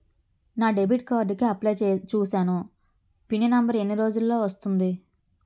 నా debit card కి apply చూసాను పిన్ నంబర్ ఎన్ని రోజుల్లో వస్తుంది?